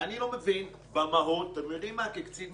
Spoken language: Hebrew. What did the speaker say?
אם השר אומר שהוא מתנה את זה בתוספת תקציבית,